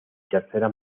tercera